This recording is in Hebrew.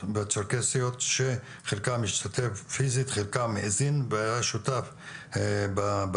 והצ'רקסיות שחלקם השתתף פיזית וחלקם האזין והיה שותף בדיון,